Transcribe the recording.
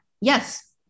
yes